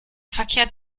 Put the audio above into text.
verkehrt